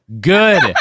Good